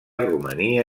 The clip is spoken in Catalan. romania